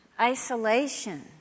isolation